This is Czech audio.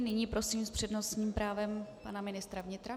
Nyní prosím s přednostním právem pana ministra vnitra.